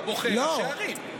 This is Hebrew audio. אתה בוחר ראשי ערים.